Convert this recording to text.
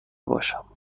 باشم